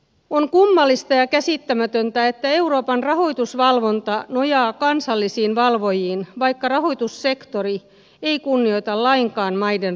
on kummallista ja käsittämätöntä että euroopan rahoitusvalvonta nojaa kansallisiin valvojiin vaikka rahoitussektori ei kunnioita lainkaan maiden rajoja